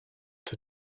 the